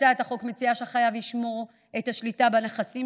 הצעת החוק מציעה שהחייב ישמור את השליטה בנכסים